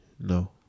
no